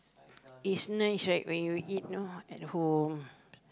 is nice right when you eat you know at home